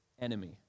enemy